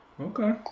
Okay